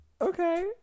Okay